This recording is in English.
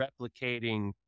replicating